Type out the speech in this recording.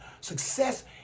Success